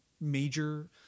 major